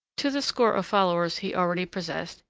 to the score of followers he already possessed,